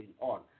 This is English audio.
on